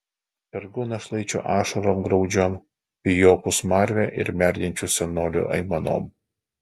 sergu našlaičių ašarom graudžiom pijokų smarve ir merdinčių senolių aimanom